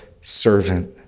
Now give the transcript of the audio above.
servant